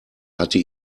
hatte